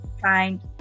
fine